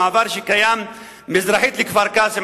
המעבר שקיים מזרחית לכפר-קאסם,